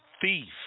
thief